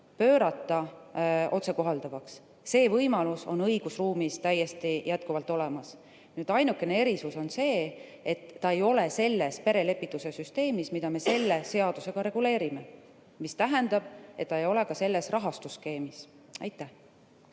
pöörata otsekohalduvaks. See võimalus on õigusruumis jätkuvalt täiesti olemas. Ainuke erisus on see, et ta ei ole selles perelepituse süsteemis, mida me selle seadusega reguleerime, ja see tähendab, et ta ei ole ka selles rahastusskeemis.